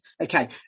Okay